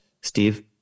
Steve